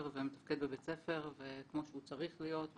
ומתפקד בבית ספר כמו שהוא צריך להיות,